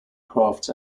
crafts